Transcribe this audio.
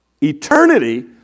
eternity